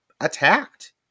attacked